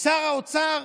שר האוצר,